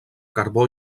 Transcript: carbó